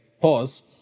pause